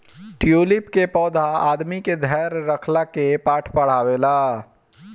tulip के पौधा आदमी के धैर्य रखला के पाठ पढ़ावेला